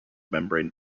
membrane